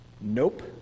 Nope